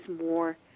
more